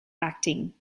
acting